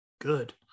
good